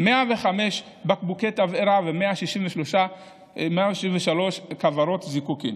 105 בקבוקי תבערה ו-163 כוורות זיקוקין.